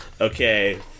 Okay